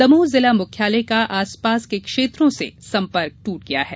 दमोह जिला मुख्यालय का आसपास के क्षेत्रों से सम्पर्क टूट गया है